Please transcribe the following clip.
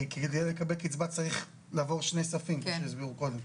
כדי לקבל קיצבה צריך לעבור כפי שהסבירו קודם.